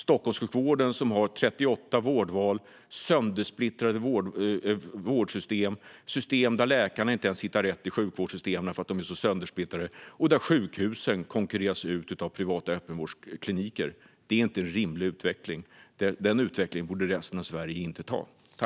Stockholmssjukvården har 38 vårdval, man har sjukvårdsystem som läkarna inte hittar rätt i därför att de är så söndersplittrade och sjukhus som konkurreras ut av privata öppenvårdskliniker. Det är inte en rimlig utveckling. Den utvecklingen borde resten av Sverige inte ta.